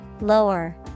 Lower